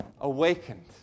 awakened